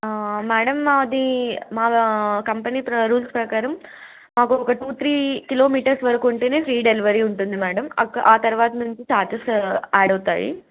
madam అది మా company rules ప్రకారం మాకు ఒక టూ త్రీ కిలోమీటర్స్ వరకు ఉంటేనే ఫ్రీ డెలివరీ ఉంటుంది మ్యాడమ్ ఆ తర్వాత నుంచి ఛార్జెస్ యాడ్ అవుతాయి